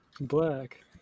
black